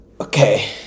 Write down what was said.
Okay